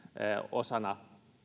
osana